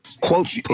quote